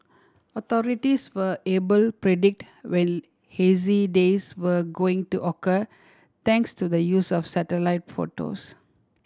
authorities were able predict when hazy days were going to occur thanks to the use of satellite photos